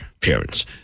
parents